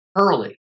early